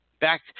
back